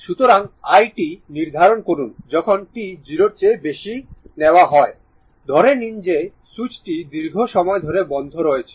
সুতরাং i t নির্ধারণ করুন যখন t 0 এর বেশি নেয়া হয় ধরে নিন যে সুইচটি দীর্ঘ সময় ধরে বন্ধ রয়েছে